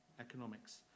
economics